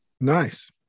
nice